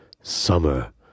summer